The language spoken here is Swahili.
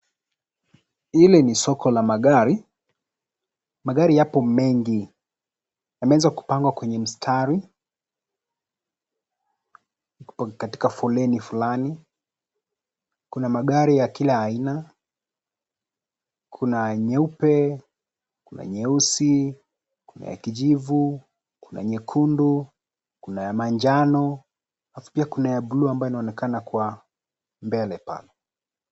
Hili ni soko la magari, magari yapo mengi. Yameanza kupangwa kwenye mstari katika foleni fulani. Kuna magari ya kila aina. Kuna nyeupe , kuna nyeusi ,kuna ya kijivu , kuna nyekundu , kuna ya manjano , alafu kuna ya buluu inayoonekana kwa mbele pale.